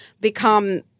become